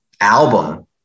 album